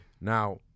Now